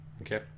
Okay